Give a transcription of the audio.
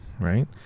Right